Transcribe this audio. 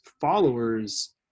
followers